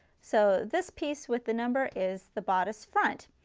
so this piece with the number is the bodice front.